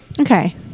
Okay